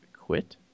quit